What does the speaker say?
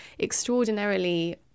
extraordinarily